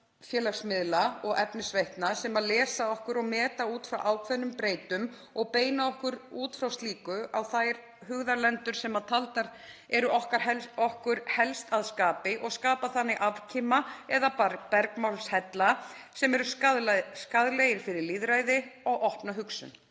samfélagsmiðla og efnisveitna sem lesa okkur og meta út frá ákveðnum breytum og beina okkur út frá slíku á þær hugðarlendur sem taldar eru okkur helst að skapi og skapa þannig afkima eða bergmálshella sem eru skaðlegir fyrir lýðræði og opna hugsun.